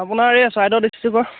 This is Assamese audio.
আপোনাৰ এই চৰাইদেউ ডিষ্ট্ৰিকৰ